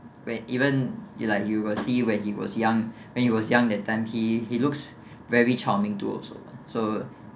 when even like you will see when he was young when you was young that time he he looks very charming too also so